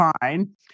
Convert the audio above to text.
fine